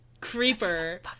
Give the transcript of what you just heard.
creeper